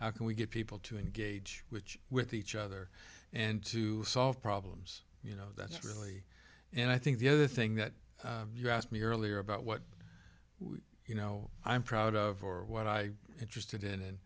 how can we get people to engage which with each other and to solve problems you know that's really and i think the other thing that you asked me earlier about what you know i'm proud of or what i interested in and